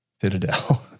Citadel